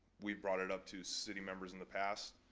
we've brought it up to city members in the past.